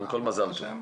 קודם כל מזל טוב.